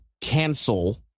cancel